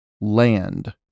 land